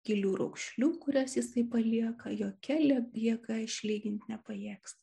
gilių raukšlių kurias jisai palieka jokia ledieka išlyginti nepajėgs